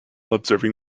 observing